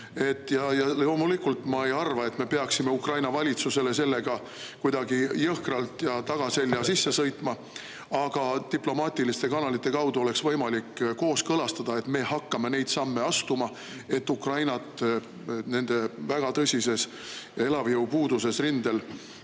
edasi. Loomulikult ma ei arva, et me peaksime Ukraina valitsusele sellega kuidagi jõhkralt ja tagaselja sisse sõitma, aga diplomaatiliste kanalite kaudu oleks võimalik kooskõlastada, et me hakkame neid samme astuma, et Ukrainat nende väga tõsises elavjõupuuduses rindel